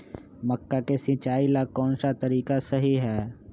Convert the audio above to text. मक्का के सिचाई ला कौन सा तरीका सही है?